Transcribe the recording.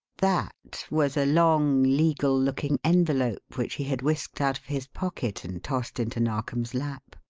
that was a long legal-looking envelope which he had whisked out of his pocket and tossed into narkom's lap.